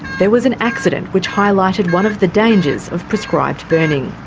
there was an accident which highlighted one of the dangers of prescribed burning.